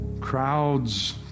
Crowds